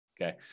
Okay